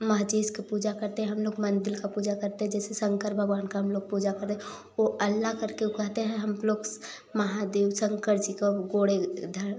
मस्जिद का पूजा करते हैं हम लोग मंदिल का पूजा करते हैं जैसे शंकर भगवान का हम लोग पूजा करते वो अल्लाह करके वो कहते हैं हम लोग महादेव शंकर जी का गोड़े धर